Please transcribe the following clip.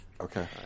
okay